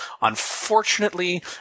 Unfortunately